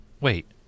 wait